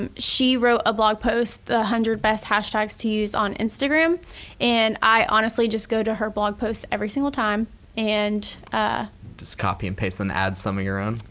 um she wrote a blog post, the one hundred best hashtags to use on instagram and i honestly just go to her blog post every single time and ah just copy and paste and add some of your own?